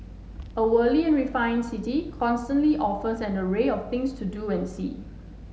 a worldly and refined city constantly offers an array of things to do and see